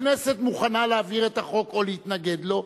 הכנסת מוכנה להעביר את החוק או להתנגד לו.